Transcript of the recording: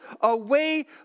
away